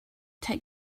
take